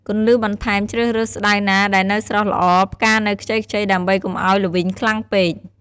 គន្លឹះបន្ថែមជ្រើសរើសស្តៅណាដែលនៅស្រស់ល្អ ផ្កានៅខ្ចីៗដើម្បីកុំឲ្យល្វីងខ្លាំងពេក។